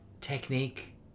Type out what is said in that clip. technique